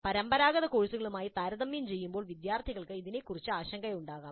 പരമ്പരാഗത കോഴ്സുകളുമായി താരതമ്യപ്പെടുത്തുമ്പോൾ വിദ്യാർത്ഥികൾക്ക് ഇതിനെക്കുറിച്ച് ആശങ്കയുണ്ടാകാം